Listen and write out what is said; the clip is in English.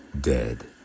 dead